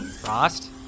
Frost